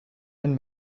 and